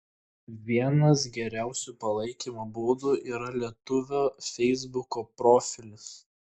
vienas geriausių palaikymo būdų yra lietuvio feisbuko profilis